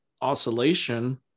oscillation